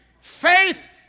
Faith